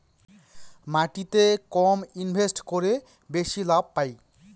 মাটিতে কম ইনভেস্ট করে বেশি লাভ পাই